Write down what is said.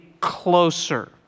closer